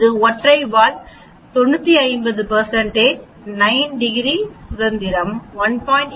இது ஒரு ஒற்றை வால் 95 9 டிகிரி சுதந்திரம் 1